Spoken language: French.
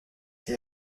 elle